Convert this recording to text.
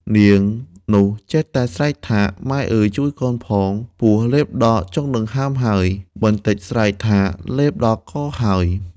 នាង នោះចេះតែស្រែកថា “ម៉ែអើយជួយកូនផង ពស់លេបដល់ចុងដង្ហើមហើយ” បន្ដិចស្រែកថា “លេបដល់កហើយ” ។